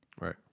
Right